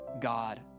God